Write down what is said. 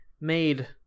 made